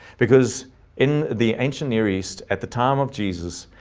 because in the ancient near east at the time of jesus,